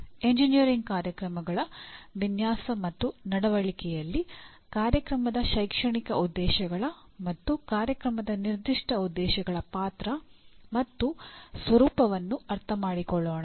engineering ಕಾರ್ಯಕ್ರಮಗಳ ವಿನ್ಯಾಸ ಮತ್ತು ನಡವಳಿಕೆಯಲ್ಲಿ ಕಾರ್ಯಕ್ರಮದ ಶೈಕ್ಷಣಿಕ ಉದ್ದೇಶಗಳ ಮತ್ತು ಕಾರ್ಯಕ್ರಮದ ನಿರ್ದಿಷ್ಟ ಉದ್ದೇಶಗಳ ಪಾತ್ರ ಮತ್ತು ಸ್ವರೂಪವನ್ನು ಅರ್ಥಮಾಡಿಕೊಳ್ಳೋಣ